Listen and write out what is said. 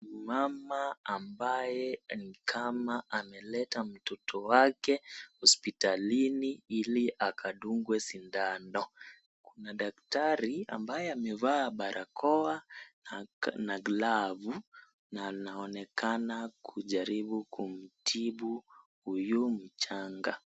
Mama ambaye ni kama ameleta mtoto wake hosipitalini ili akadungwe sindano, kuna dakitari ambaye amevaa barakoa na glavu na anaonekana kujaribu kumutibu huyu mchanga.